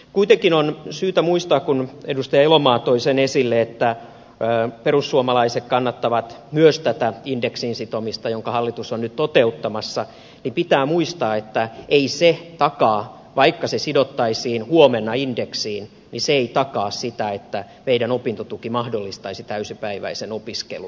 kuitenkin on syytä muistaa kun edustaja elomaa toi sen esille että perussuomalaiset kannattavat myös tätä indeksiin sitomista jonka hallitus on nyt toteuttamassa että vaikka se sidottaisiin huomenna indeksiin niin se ei takaa sitä että meidän opintotukemme mahdollistaisi täysipäiväisen opiskelun